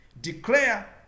Declare